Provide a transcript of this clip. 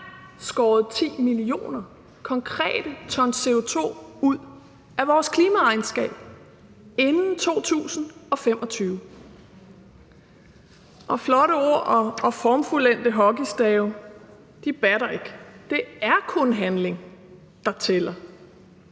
skåret 10 millioner konkrete tons CO2 ud af vores klimaregnskab inden 2025. Og flotte ord og formfuldendte hockeystave batter ikke; det er kun handling, der tæller.